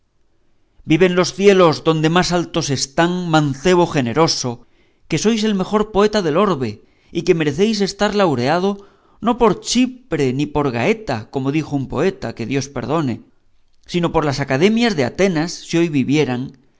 viven los cielos donde más altos están mancebo generoso que sois el mejor poeta del orbe y que merecéis estar laureado no por chipre ni por gaeta como dijo un poeta que dios perdone sino por las academias de atenas si hoy vivieran